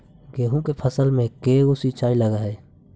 गेहूं के फसल मे के गो सिंचाई लग हय?